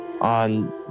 on